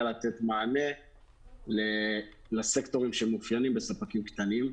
לתת מענה לסקטורים שמאופיינים בספקים קטנים.